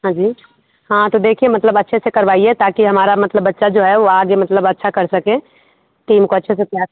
हाँ जी हाँ तो देखिए मतलब अच्छे से करवाइए ताकि हमारा मतलब बच्चा जो है वह आगे मतलब अच्छा कर सके तो उनको अच्छे से तैयार